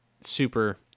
super